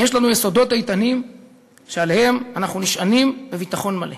יש לנו יסודות איתנים שעליהם אנחנו נשענים בביטחון מלא.